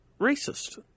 racist